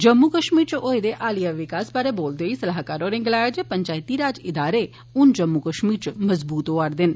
जम्मू इच होई दे हालिया विकास बारै बोलदे होई सलाहकार होरें गलाया जे पंचैती राज इदारें हन जम्मू कष्मीर इच मजबूत होआ र दे न